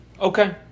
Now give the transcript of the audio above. Okay